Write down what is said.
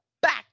back